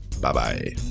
bye-bye